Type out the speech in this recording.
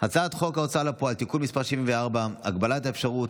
הצעת חוק ההוצאה לפועל (תיקון מס' 74) (הגבלת האפשרות